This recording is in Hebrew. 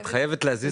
אני חייבת להגיד